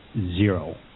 zero